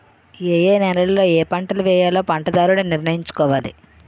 ఏయే నేలలలో ఏపంటలను వేయాలో పంటదారుడు నిర్ణయించుకోవాలి